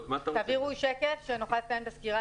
נעביר שקף כדי שנוכל לסיים את הסקירה